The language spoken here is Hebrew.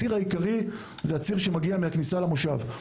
הציר העיקרי הוא הציר שמגיע מן הכניסה למושב.